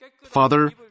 Father